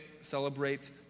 celebrate